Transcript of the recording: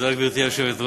תודה, גברתי היושבת-ראש.